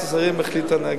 ועדת השרים החליטה נגד.